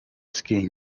skiing